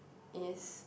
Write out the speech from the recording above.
is